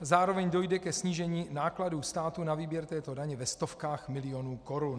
Zároveň dojde ke snížení nákladů státu na výběr této daně ve stovkách milionů korun.